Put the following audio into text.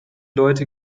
leute